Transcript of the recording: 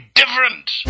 different